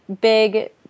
big